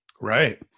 Right